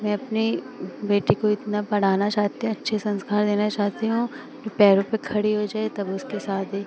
मैं अपनी बेटी को इतना पढ़ाना चाहती हैं अच्छे संस्कार देना चाहती हूँ कि पैरों पर खड़ी हो जाए तब उसकी शादी